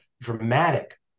dramatic